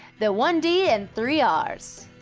the one d and three ah rs,